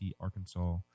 Arkansas